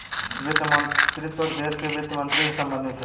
वित्त मंत्रीत्व देश के वित्त मंत्री से संबंधित है